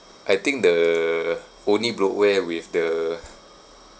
I think the only bloatware with the